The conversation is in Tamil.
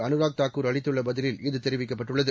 அனுராக்தாக்குர்அளித்து ள்ளபதிலில்இதுதெரிவிக்கப்பட்டுள்ளது